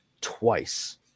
twice